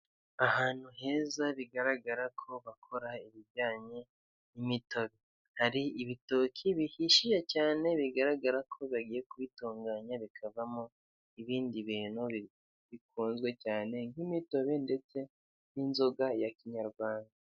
Ahantu heza bigaragara ko bakora ibijyanye n'imitobe, hari ibitoki bihishije cyane bigaragara ko bagiye kubitunganya bikavamo ibindi bintu bikunzwe cyane nk'imitobe ndetse n'inzoga ya kinyarwanda.